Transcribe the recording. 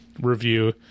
review